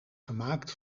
gemaakt